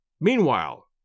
Meanwhile